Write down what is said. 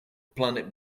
planet